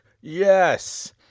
Yes